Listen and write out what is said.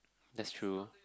that's true